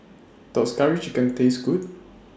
Does Curry Chicken Taste Good